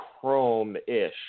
chrome-ish